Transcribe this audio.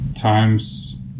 Times